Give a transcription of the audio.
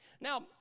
Now